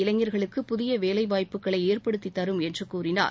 இளைஞர்களுக்கு புதிய வேலைவாய்ப்புகளை ஏற்படுத்தித் தரும் என்று கூறினார்